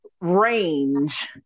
range